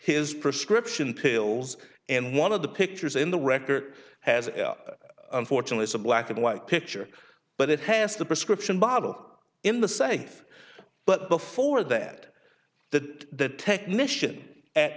his prescription pills and one of the pictures in the record has unfortunately is a black and white picture but it has the prescription bottle in the safe but before that that the technician